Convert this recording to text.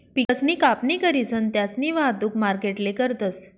पिकसनी कापणी करीसन त्यास्नी वाहतुक मार्केटले करतस